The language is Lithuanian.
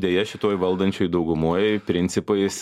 deja šitoj valdančioj daugumoj principais